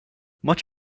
much